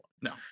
No